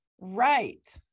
right